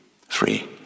Free